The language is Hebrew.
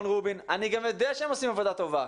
אני גם יודע שהם עושים עבודה טובה,